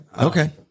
Okay